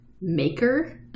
maker